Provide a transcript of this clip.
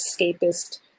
escapist